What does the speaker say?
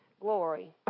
glory